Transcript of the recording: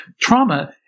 trauma